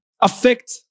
affect